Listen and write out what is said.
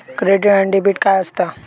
Credit आणि debit काय असता?